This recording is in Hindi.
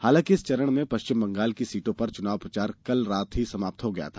हालांकि इस चरण में पश्चिम बंगाल की सीटों पर चुनाव प्रचार कल रात ही समाप्त हो गया था